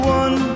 one